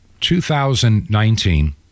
2019